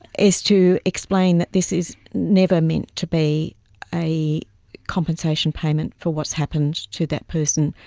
is to explain that this is never meant to be a compensation payment for what's happened to that person.